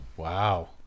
Wow